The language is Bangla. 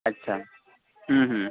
আচ্ছা হুম হুম